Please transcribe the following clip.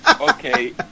Okay